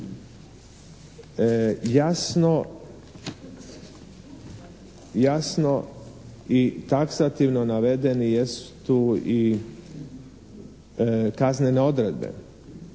Jasno i taksativno navedeni jesu tu i kaznene odredbe